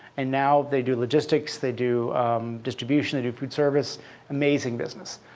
and now they do logistics, they do distribution, they do food service amazing business.